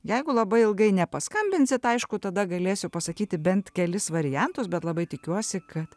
jeigu labai ilgai nepaskambinsit aišku tada galėsiu pasakyti bent kelis variantus bet labai tikiuosi kad